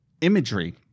imagery